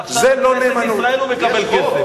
ועכשיו מכנסת ישראל הוא מקבל כסף.